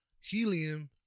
Helium